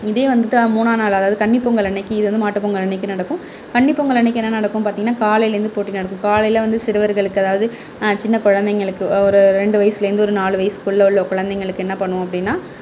இதே வந்து மூணாவது நாள் அதாவது கன்னி பொங்கல் அன்னைக்கி இது வந்து மாட்டு பொங்கல் அன்னைக்கி நடக்கும் கன்னி பொங்கல் அன்னைக்கி என்ன நடக்கும் பார்த்திங்ன்னா காலையிலேந்து போட்டி நடக்கும் காலையில் வந்து சிறுவர்களுக்கு அதாவது சின்ன குழந்தைங்களுக்கு ஒரு ரெண்டு வயசுலேந்து ஒரு நாலு வயசுகுள்ள உள்ள குழந்தைகளுக்கு என்ன பண்ணுவோம் அப்படினா